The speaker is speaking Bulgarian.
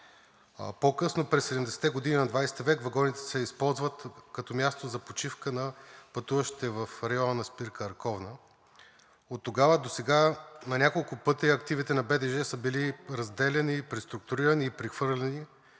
По-късно през 70-те години на 20 век вагоните се използват като място за почивка на пътуващите в района на спирка Арковна. Оттогава досега на няколко пъти активите на БДЖ са били разделяни, преструктурирани и прехвърляни,